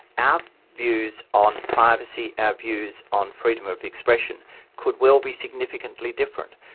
our views on privacy, our views on freedom of expression could well be significantly different,